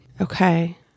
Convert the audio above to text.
okay